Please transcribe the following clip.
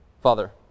Father